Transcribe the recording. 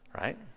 right